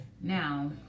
now